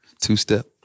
two-step